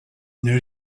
une